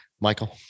Michael